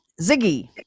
ziggy